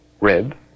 rib